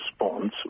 response